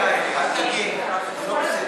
בבקשה, אדוני.